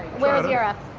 where's europe?